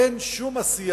אין שום עשייה,